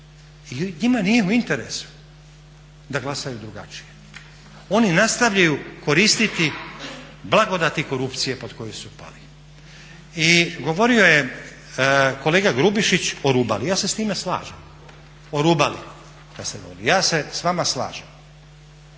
i njima nije u interesu da glasaju drugačije, oni nastavljaju koristiti blagodati korupcije pod koju su pali. I govorio je kolega Grubišić o Rubali, ja se s time slažem, o Rubali, ja se s vama slažem.